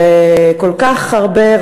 וכל כך הרבה,